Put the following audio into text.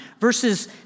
Verses